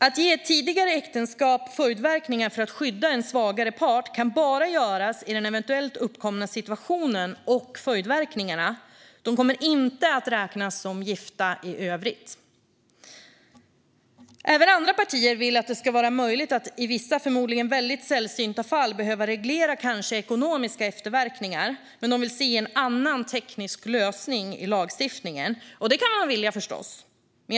Att ge ett tidigare äktenskap följdverkningar för att skydda en svagare part kan bara göras mot bakgrund av den eventuellt uppkomna situationen och dess följdverkningar. Parterna kommer inte att räknas som gifta i övrigt. Även andra partier vill att det ska vara möjligt att i vissa förmodligen väldigt sällsynta fall reglera eventuella ekonomiska efterverkningar. Men de vill se en annan teknisk lösning i lagstiftningen. Det kan man förstås vilja.